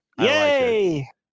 Yay